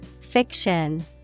Fiction